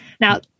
Now